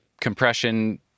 compression